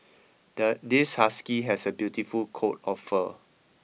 the this husky has a beautiful coat of fur